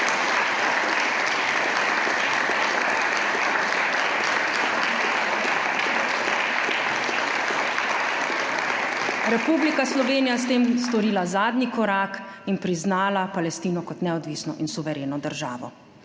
Republika Slovenija je s tem storila zadnji korak in priznala Palestino kot neodvisno in suvereno državo.